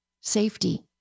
safety